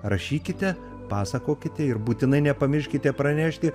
rašykite pasakokite ir būtinai nepamirškite pranešti